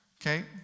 okay